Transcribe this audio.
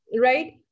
right